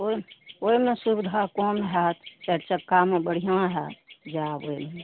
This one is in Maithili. ओहि ओहिमे सुविधा कम होयत चारि चक्कामे बढ़िआँ होयत जायब ओहिमे